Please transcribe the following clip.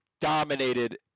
dominated